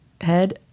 head